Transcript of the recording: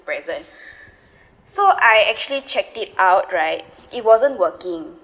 present so I actually checked it out right it wasn't working